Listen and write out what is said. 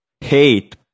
hate